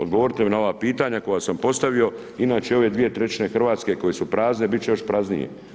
Odgovorite mi na ova pitanja koja sam postavio, inače ove 2/3 Hrvatske koje su prazne, bit će još praznije.